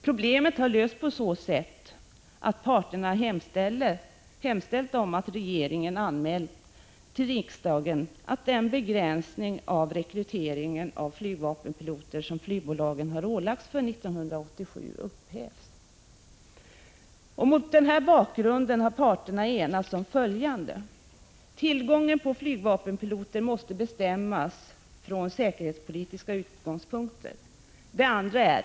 Problemet har lösts på så sätt att parterna hemställt om att regeringen anmäler till riksdagen att den begränsning av rekryteringen av flygvapenpiloter som flygbolagen har ålagts för 1987 upphävs. Mot bakgrund därav har parterna enats om följande: - Tillgången på flygvapenpiloter måste bestämmas från säkerhetspolitiska utgångspunkter.